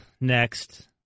next